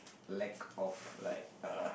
lack of like uh